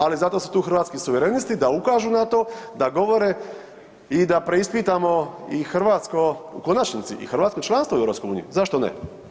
Ali zato su tu Hrvatski suverenisti da ukažu na to, da govore i da preispitamo i hrvatsko u konačnici i hrvatsko članstvo u EU, zašto ne.